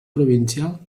provincial